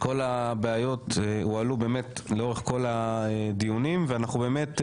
כל הבעיות הועלו באמת לאורך כל הדיונים ואנחנו באמת,